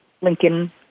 Lincoln